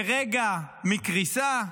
שרגע מקריסה,